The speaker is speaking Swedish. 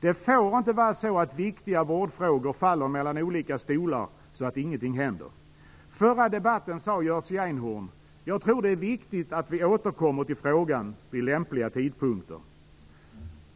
Det får inte vara så att viktiga vårdfrågor faller mellan olika stolar, så att ingenting händer. I den förra debatten sade Jerzy Einhorn: Jag tror att det är viktigt att vi återkommer till frågan vid lämpliga tidpunkter.